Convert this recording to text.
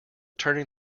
turning